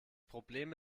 problem